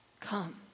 come